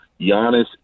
Giannis